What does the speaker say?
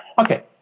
Okay